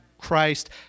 Christ